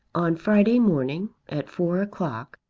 on friday morning, at four o'clock,